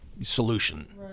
solution